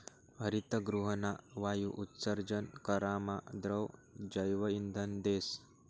हरितगृहना वायु उत्सर्जन करामा द्रव जैवइंधन देस